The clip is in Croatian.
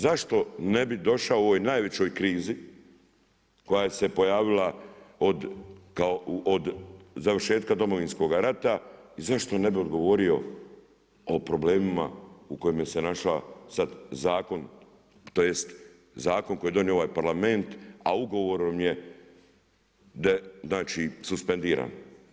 Zašto ne bi došao u ovoj najvećoj krizi koja se pojavila od završetka Domovinskoga rata i zašto ne bi odgovorio o problemima u kojima se našao sada zakon, tj. zakon koji je donio ovaj Parlament a ugovorom je znači suspendiran?